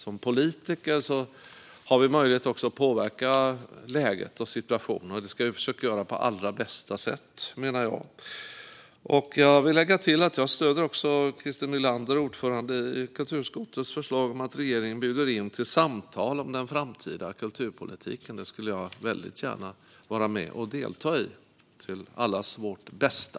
Som politiker har vi möjlighet att påverka läget och situationen, och det ska vi försöka göra på allra bästa sätt. Jag vill tillägga att jag också stöder förslaget från kulturutskottets ordförande Christer Nylander om att regeringen ska bjuda in till samtal om den framtida kulturpolitiken. Dessa samtal skulle jag gärna vilja delta i för allas vårt bästa.